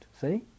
see